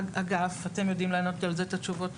האגף אתם יודעים לענות על זה את התשובות.